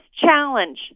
challenge